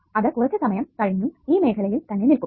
അത് കുറച്ചു സമയം കഴിഞ്ഞും ഈ മൂല്യത്തിൽ തന്നെ നില്കും